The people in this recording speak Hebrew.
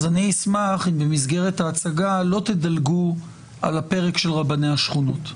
אני אשמח אם במסגרת ההצגה לא תדלגו על הפרק של רבני השכונות.